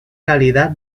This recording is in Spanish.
calidad